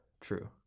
true